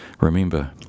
Remember